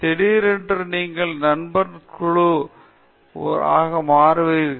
திடீரென்று நீங்கள் நண்பர்கள் சபை குழு உறவினர் ஆக மாறுவீர்கள்